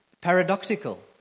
paradoxical